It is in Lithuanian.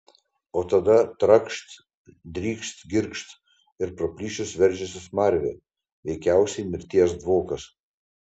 o dabar trakšt drykst girgžt ir pro plyšius veržiasi smarvė veikiausiai mirties dvokas